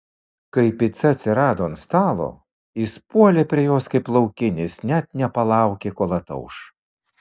kai pica atsirado ant stalo jis puolė prie jos kaip laukinis net nepalaukė kol atauš